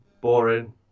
boring